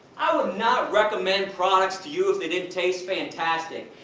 i would not recommend products to you if they didn't taste fantastic.